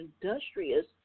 industrious